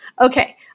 Okay